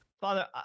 Father